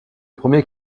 premier